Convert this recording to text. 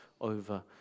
over